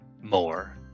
more